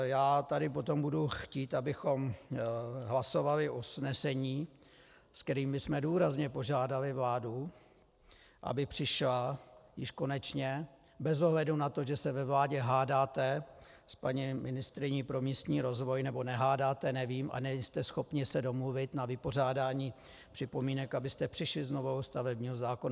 Já tady potom budu chtít, abychom hlasovali o usnesení, kterým bychom důrazně požádali vládu, aby přišla už konečně bez ohledu na to, že se ve vládě hádáte s paní ministryní pro místní rozvoj, nebo nehádáte, nevím, nejste schopni se domluvit na vypořádání připomínek, abyste přišli s novelou stavebního zákona.